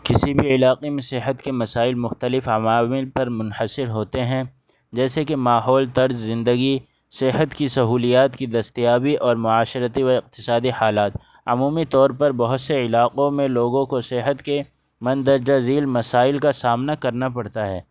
کسی بھی علاقے میں صحت کے مسائل مختلف عوامل پر منحصر ہوتے ہیں جیسے کہ ماحول طرز زندگی صحت کی سہولیات کی دستیابی اور معاشرتی و اقتصادی حالات عمومی طور پر بہت سے علاقوں میں لوگوں کو صحت کے مندرجہ ذیل مسائل کا سامنا کرنا پڑتا ہے